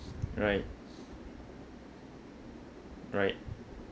right right